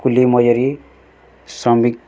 କୁଲି ମଜୁରୀ ଶ୍ରମିକ